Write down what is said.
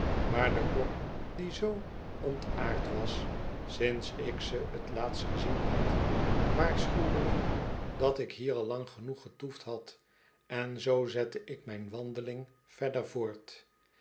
maar de klok die zoo ontaard was sinds ik ze t laatst gezien had waarschuwde mo dat ik dickünn kun re hl mr ui neen luiwm ejriit't een reiziger die geen handel drijft hier al genoeg getoefd had en zoo zette ik mijn wandeling verder voort